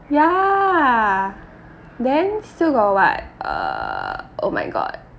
ya then still got what uh oh my god